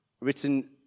written